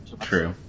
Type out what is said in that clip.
true